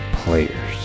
players